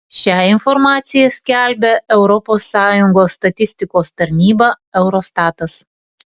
šią informaciją skelbia europos sąjungos statistikos tarnyba eurostatas